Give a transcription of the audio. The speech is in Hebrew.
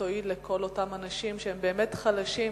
תועיל לכל אותם אנשים שהם באמת חלשים.